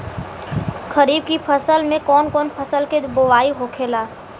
खरीफ की फसल में कौन कौन फसल के बोवाई होखेला?